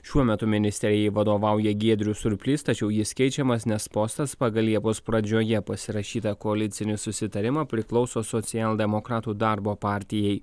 šiuo metu ministerijai vadovauja giedrius surplys tačiau jis keičiamas nes postas pagal liepos pradžioje pasirašytą koalicinį susitarimą priklauso socialdemokratų darbo partijai